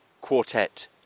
Quartet